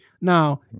Now